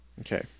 Okay